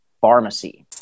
Pharmacy